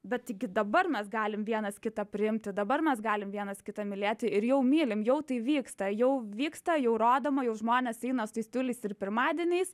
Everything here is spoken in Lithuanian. bet tai gi dabar mes galim vienas kitą priimti dabar mes galim vienas kitą mylėti ir jau mylim jau tai vyksta jau vyksta jau rodoma jau žmonės eina su tais tiuliais ir pirmadieniais